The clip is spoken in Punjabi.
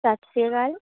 ਸਤਿ ਸ੍ਰੀ ਅਕਾਲ